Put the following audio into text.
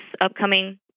upcoming